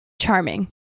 Charming